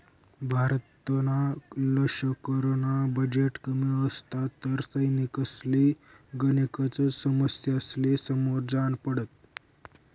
भारतना लशकरना बजेट कमी असता तर सैनिकसले गनेकच समस्यासले समोर जान पडत